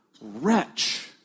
wretch